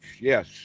Yes